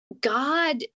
God